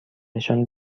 نشان